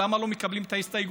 למה לא מקבלים את ההסתייגות.